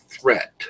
threat